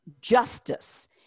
justice